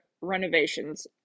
renovations